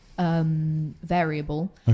Variable